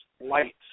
lights